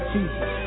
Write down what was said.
Jesus